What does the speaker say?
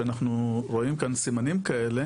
הטווח הארוך יבוא להווה כמו שאנחנו רואים כאן סימנים כאלה,